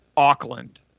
auckland